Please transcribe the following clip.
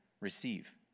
receive